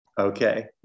Okay